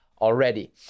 already